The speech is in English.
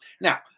Now